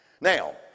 Now